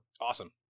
Awesome